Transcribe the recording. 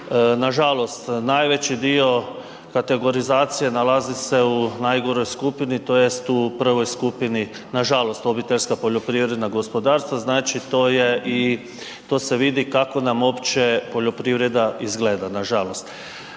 Nažalost najveći dio kategorizacije nalazi se u najgoroj skupini tj. u prvoj skupini nažalost obiteljska poljoprivredna gospodarstva znači to je i, to se vidi kako nam uopće poljoprivreda izgleda, nažalost.